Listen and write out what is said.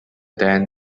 dan